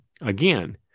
again